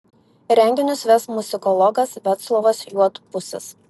renginius ves muzikologas vaclovas juodpusis